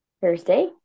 Thursday